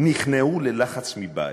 נכנעו ללחץ מבית.